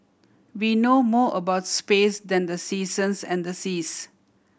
we know more about space than the seasons and the seas